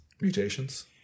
Mutations